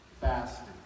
fasting